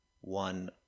one